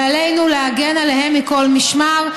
ועלינו לשמור עליהם מכל משמר.